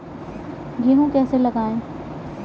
गेहूँ कैसे लगाएँ?